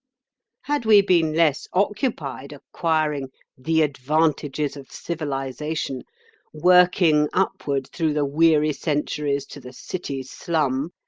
had we been less occupied acquiring the advantages of civilisation working upward through the weary centuries to the city slum,